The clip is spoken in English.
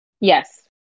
Yes